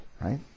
right